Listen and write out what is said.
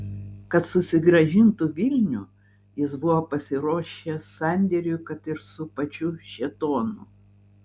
kad susigrąžintų vilnių jis buvo pasiruošęs sandėriui kad ir su pačiu šėtonu